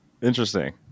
Interesting